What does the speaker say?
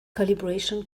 calibration